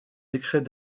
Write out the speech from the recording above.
décrets